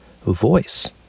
voice